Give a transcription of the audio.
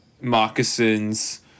moccasins